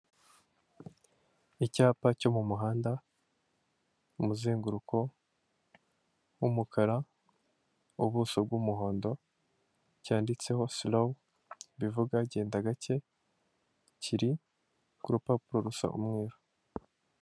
Icyapa cyo mu muhanda umuzenguruko w'umukara ubuso bw'umuhondo cyanditseho silowu bivuga genda gake, kiri kurupapuro rusa umweru.